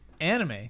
Anime